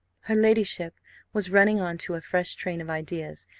her ladyship was running on to a fresh train of ideas,